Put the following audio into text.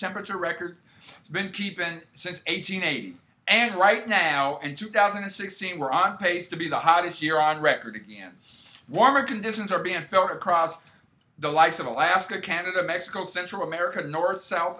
temperature records it's been keepin since eighty eight and right now in two thousand and sixteen we're on pace to be the hottest year on record warmer conditions are being felt across the likes of alaska canada mexico central america north south